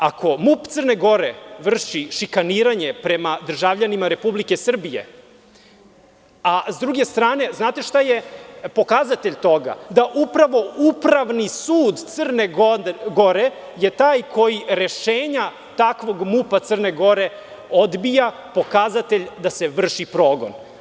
Ako MUP Crne Gore vrši šikaniranje prema državljanima Republike Srbije, a s druge strane znate šta je pokazatelj toga, da upravo Upravni sud Crne Gore je taj koji rešenja takvog MUP Crne Gore odbija pokazatelj da se vrši progon.